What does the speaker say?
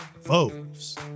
Foes